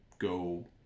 go